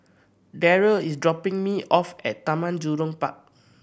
Derald is dropping me off at Taman Jurong Park